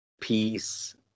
peace